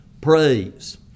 praise